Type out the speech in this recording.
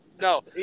No